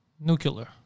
Nuclear